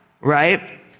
Right